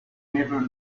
never